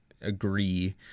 agree